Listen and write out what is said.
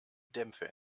dämpfe